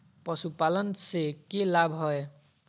पशुपालन से के लाभ हय?